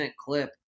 clip